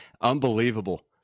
Unbelievable